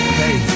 hey